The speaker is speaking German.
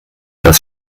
das